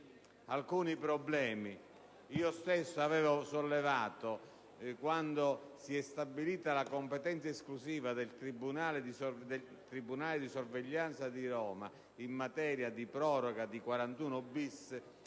alcuni problemi. Io stesso, allorquando si è stabilita la competenza esclusiva del tribunale di sorveglianza di Roma in materia di proroga di 41-*bis*,